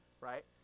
right